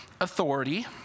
authority